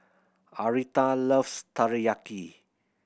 Aretha loves Teriyaki